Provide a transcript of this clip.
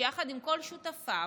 שיחד עם כל שותפיו